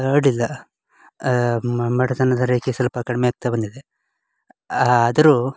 ಅಡ್ಡಿಲ್ಲ ಬಡತನದ ರೇಖೆ ಸ್ವಲ್ಪ ಕಡಿಮೆಯಾಗ್ತಾ ಬಂದಿದೆ ಆದರೂ